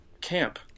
camp